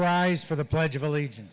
rise for the pledge of allegiance